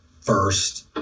first